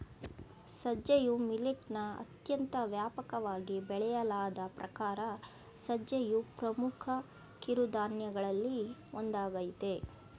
ಸಜ್ಜೆಯು ಮಿಲಿಟ್ನ ಅತ್ಯಂತ ವ್ಯಾಪಕವಾಗಿ ಬೆಳೆಯಲಾದ ಪ್ರಕಾರ ಸಜ್ಜೆಯು ಪ್ರಮುಖ ಕಿರುಧಾನ್ಯಗಳಲ್ಲಿ ಒಂದಾಗಯ್ತೆ